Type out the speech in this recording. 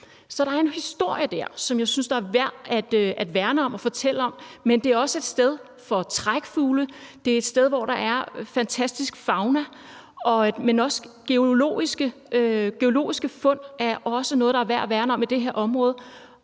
Så der er en historie der, som jeg synes det er værd at værne om og fortælle om. Men det er også et sted for trækfugle, og det er et sted, hvor der er en fantastisk fauna. Geologiske fund i det her område er også noget, det er værd at værne om, hvor jeg